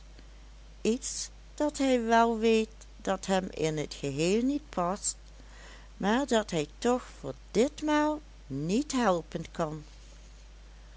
iets dat hij wel weet dat hem in t geheel niet past maar dat hij toch voor ditmaal niet helpen kan